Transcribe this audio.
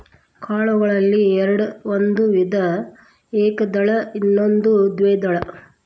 ಕಾಳುಗಳಲ್ಲಿ ಎರ್ಡ್ ಒಂದು ವಿಧ ಏಕದಳ ಇನ್ನೊಂದು ದ್ವೇದಳ